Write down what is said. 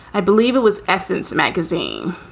i believe it was essence magazine,